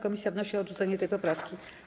Komisja wnosi o odrzucenie tej poprawki.